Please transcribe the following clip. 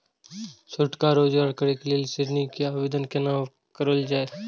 छोटका रोजगार करैक लेल ऋण के आवेदन केना करल जाय?